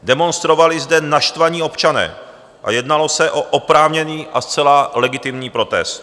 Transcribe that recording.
Demonstrovali zde naštvaní občané a jednalo se o oprávněný a zcela legitimní protest.